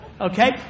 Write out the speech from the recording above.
Okay